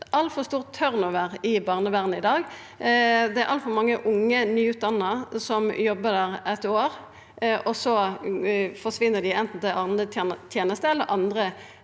Det er altfor stor «turnover» i barnevernet i dag, det er altfor mange unge nyutdanna som jobbar eitt år og så forsvinn, anten til andre tenester eller vekk